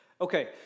Okay